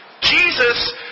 Jesus